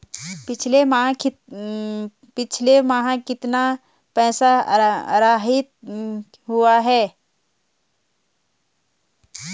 पिछले माह कितना पैसा आहरित हुआ है?